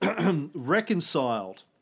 reconciled